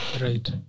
Right